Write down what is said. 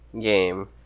game